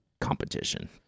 competition